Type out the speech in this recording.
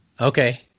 Okay